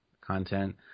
content